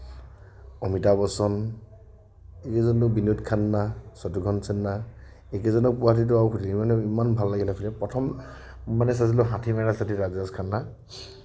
অমিতাভ বচ্চন এইজনতো বিনোদ খান্না শত্ৰুঘন সিন্হা এইকেইজনক পোৱা হয়টো সুধিবই নালাগে ইমান ভাল লাগিলে প্ৰথম মানে চাইছিলোঁ হাথী মেৰা চাথী ৰাজেশ খান্নাৰ